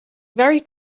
very